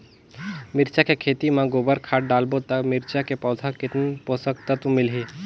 मिरचा के खेती मां गोबर खाद डालबो ता मिरचा के पौधा कितन पोषक तत्व मिलही?